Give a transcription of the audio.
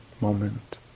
moment